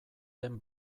den